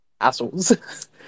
assholes